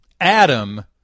Adam